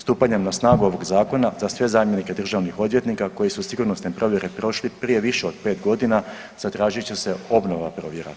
Stupanjem na snagu ovog zakona za sve zamjenike državnih odvjetnika koji su sigurnosne provjere prošli prije više od pet godina zatražit će se obnova provjera